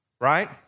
right